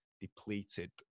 depleted